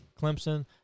Clemson